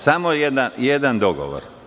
Samo jedan dogovor.